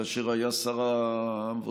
כאשר היה שר העבודה,